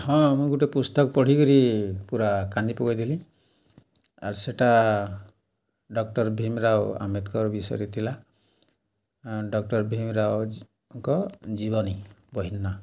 ହଁ ମୁଁ ଗୁଟେ ପୁସ୍ତକ୍ ପଢ଼ିକିରି ପୁରା କାନ୍ଦି ପକେଇଥିଲି ଆର୍ ସେଟା ଡ଼କ୍ଟର ଭୀମ୍ରାଓ ଆମ୍ବେଦକର ବିଷୟରେ ଥିଲା ଡ଼କ୍ଟର ଭୀମ୍ରାଓଙ୍କ ଜୀବନୀ ବହିର୍ ନାଁ